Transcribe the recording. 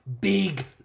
big